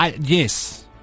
Yes